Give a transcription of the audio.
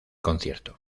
concierto